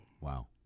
Wow